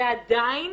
ועדיין